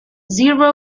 zero